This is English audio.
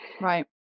Right